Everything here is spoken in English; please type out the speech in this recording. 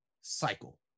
cycle